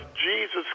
Jesus